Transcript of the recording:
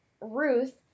Ruth